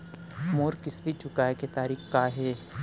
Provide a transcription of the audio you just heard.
मोर किस्ती चुकोय के तारीक का हे?